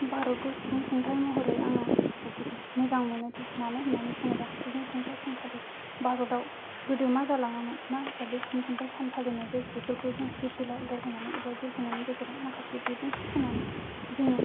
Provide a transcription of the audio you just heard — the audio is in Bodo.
भारतखौ सुबुं खुंथाय महरै आङो मोजां मोनो दि मानो होननानै बुङोबा सुबुं खुंथाय सानखालि भारताव गोदो मा जालाङामोन मा हिसाबै सुबुं खुंथाय सान फालिनाय जायो बेफोरखौ जों फिरफिला उराय होनानै उराय होनायनि गेजेरजों बिबुंथि होनानै जोङो